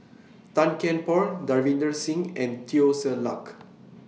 Tan Kian Por Davinder Singh and Teo Ser Luck